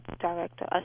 Director